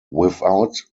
without